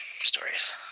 stories